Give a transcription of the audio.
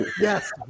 Yes